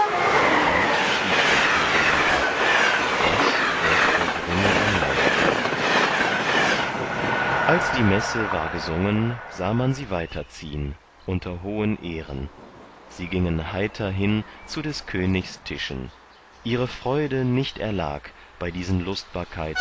bald schied sich diese liebe das wirkte grimmiger neid als die messe war gesungen sah man sie weiter ziehn unter hohen ehren sie gingen heiter hin zu des königs tischen ihre freude nicht erlag bei diesen